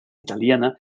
italiana